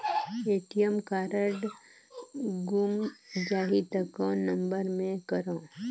ATM card गुम जाही त कौन नम्बर मे करव?